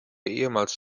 ehemals